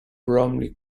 bromley